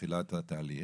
שמתחילה את התהליך.